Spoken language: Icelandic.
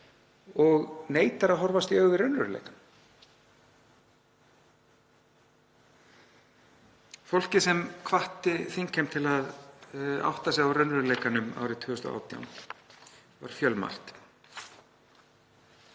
og neitar að horfast í augu við raunveruleikann. Fólkið sem hvatti þingheim til að átta sig á raunveruleikanum árið 2018 var fjölmargt,